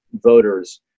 voters